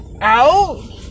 out